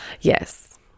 Yes